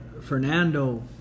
Fernando